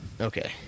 Okay